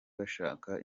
bashaka